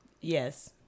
Yes